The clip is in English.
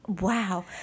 wow